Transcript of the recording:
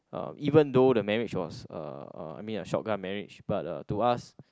uh even though the marriage was uh I mean a shotgun marriage uh but to us